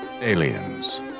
Aliens